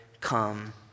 come